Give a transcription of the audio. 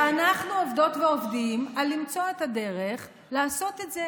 ואנחנו עובדות ועובדים על למצוא את הדרך לעשות את זה,